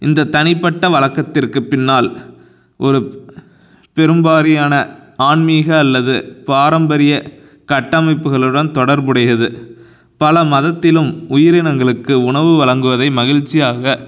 இந்த தனிப்பட்ட வழக்கத்திற்கு பின்னால் ஒரு பெரும்வாரியான ஆன்மீக அல்லது பாரம்பரிய கட்டமைப்புகளுடன் தொடர்புடையது பல மதத்திலும் உயிரினங்களுக்கு உணவு வழங்குவதை மகிழ்ச்சியாக